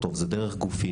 זה דרך גופים,